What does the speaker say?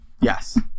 Yes